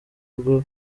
bwo